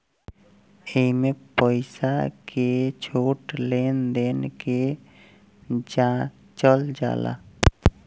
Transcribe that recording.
एइमे पईसा के छोट छोट लेन देन के जाचल जाला